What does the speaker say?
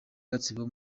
gatsibo